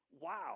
Wow